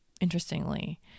interestingly